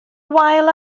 wael